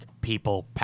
people